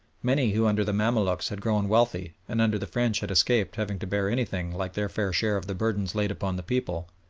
many who under the mamaluks had grown wealthy and under the french had escaped having to bear anything like their fair share of the burthens laid upon the people,